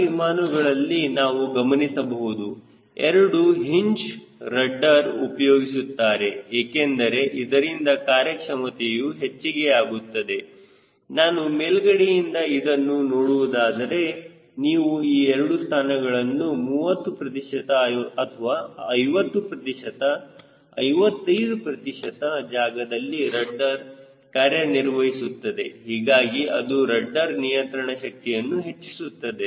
ಹೊಸ ವಿಮಾನಗಳಲ್ಲಿ ನಾವು ಗಮನಿಸಬಹುದು ಎರಡು ಹಿಂಜ ರಡ್ಡರ್ ಉಪಯೋಗಿಸುತ್ತಾರೆ ಏಕೆಂದರೆ ಇದರಿಂದ ಕಾರ್ಯಕ್ಷಮತೆಯು ಹೆಚ್ಚಿಗೆಯಾಗುತ್ತದೆ ನಾನು ಮೇಲ್ಗಡೆಯಿಂದ ಇದನ್ನು ನೋಡುವುದಾದರೆ ನೀವು ಈ ಎರಡು ಸ್ಥಾನಗಳನ್ನು 30 ಪ್ರತಿಶತ ಅಥವಾ 50 ಪ್ರತಿಶತ 55 ಪ್ರತಿಶತ ಜಾಗದಲ್ಲಿ ರಡ್ಡರ್ ಕಾರ್ಯನಿರ್ವಹಿಸುತ್ತದೆ ಹೀಗಾಗಿ ಅದು ರಡ್ಡರ್ ನಿಯಂತ್ರಣ ಶಕ್ತಿಯನ್ನು ಹೆಚ್ಚಿಸುತ್ತದೆ